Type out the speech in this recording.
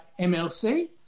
MLC